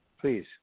please